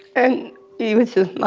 and he was